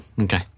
Okay